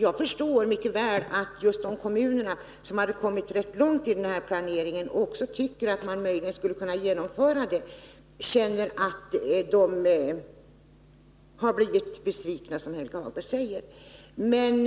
Jag förstår mycket väl att just de kommunerna, som hade kommit rätt långt i planeringen och tycker att man möjligen skulle kunna få genomföra försöket, känner att de har blivit besvikna, som Helge Hagberg säger. Men